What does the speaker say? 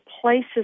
places